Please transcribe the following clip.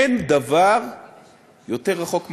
אין דבר יותר רחוק מהאמת.